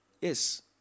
Yes